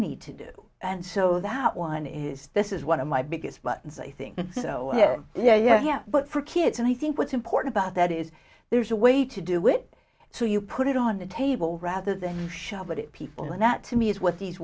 need to do and so that one is this is one of my biggest buttons i think so yeah but for kids and i think what's important about that is there's a way to do it so you put it on the table rather than shove it people and that to me is what these